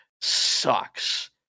sucks